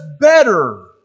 better